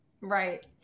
Right